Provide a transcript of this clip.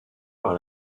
par